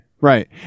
right